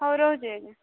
ହଉ ରହୁଛି ଆଜ୍ଞା